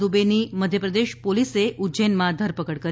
દુબેની મધ્યપ્રદેશ પોલીસે ઉજ્જૈનમાં ધરપકડ કરી